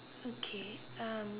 okay um